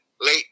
late